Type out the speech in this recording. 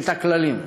את הכללים,